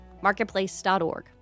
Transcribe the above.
marketplace.org